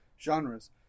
genres